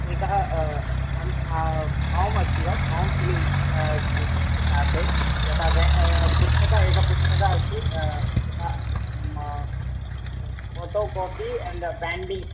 एकः अन्यत् फा़म् अस्ति वा फा़म् फि़लिङ्ग् शताब्दे यथा वा पुस्तकम् एक पुस्तकम् अस्ति तथा मम फ़ोटो कापि एण्ड् बेन्डिङ्ग्